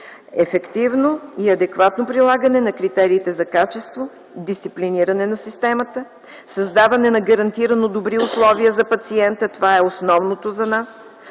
ефективно и адекватно прилагане на критериите за качество, дисциплиниране на системата, създаване на гарантирано добри условия за пациента – това е основното за нас,